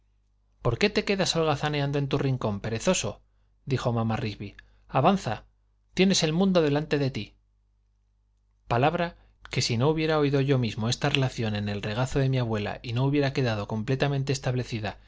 por qué te quedas holgazaneando en tu rincón perezoso dijo mamá rigby avanza tienes el mundo delante de ti palabra que si no hubiera oído yo mismo esta relación en el regazo de mi abuela y no hubiera quedado completamente establecida